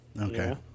okay